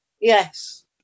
yes